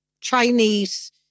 Chinese